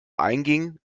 einging